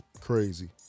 crazy